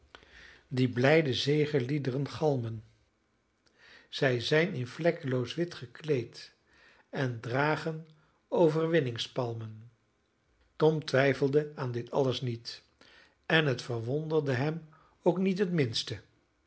die blijde zegeliedren galmen zij zijn in vlekloos wit gekleed en dragen overwinningspalmen tom twijfelde aan dit alles niet en het verwonderde hem ook niet het minste